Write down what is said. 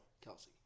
Kelsey